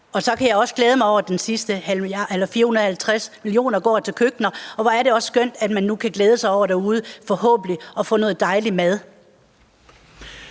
Så kan jeg også glæde mig over, at de sidste 450 mio. kr. går til køkkener. Og hvor er det også skønt, at man nu kan glæde sig over derude, forhåbentlig, at få noget dejligt mad.